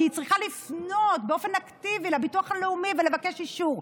כי היא צריכה לפנות באופן אקטיבי לביטוח הלאומי ולבקש אישור.